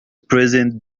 present